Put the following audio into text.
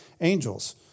angels